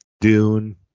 Dune